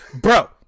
Bro